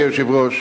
אדוני היושב-ראש,